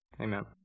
Amen